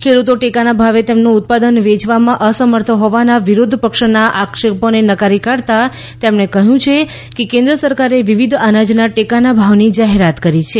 ખેડૂતો ટેકાના ભાવે તેમનું ઉત્પાદન વેચવામાં અસમર્થ હોવાના વિરોધ પક્ષના આક્ષેપોને નકારી કાઢતાં તેમણે કહ્યું કે કેન્દ્ર સરકારે વિવિધ અનાજના ટેકાના ભાવની જાહેરાત કરી છે